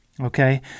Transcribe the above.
Okay